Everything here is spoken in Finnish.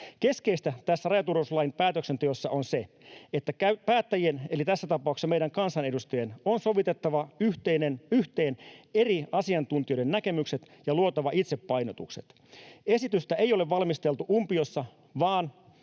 Keskeistä tässä rajaturvallisuuslain päätöksenteossa on se, että päättäjien, eli tässä tapauksessa meidän kansanedustajien, on sovitettava yhteen eri asiantuntijoiden näkemykset ja luotava itse painotukset. Esitystä ei ole valmisteltu umpiossa vain